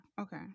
Okay